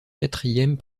quatrième